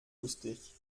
lustig